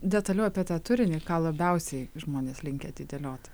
detaliau apie tą turinį ką labiausiai žmonės linkę atidėliot